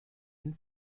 and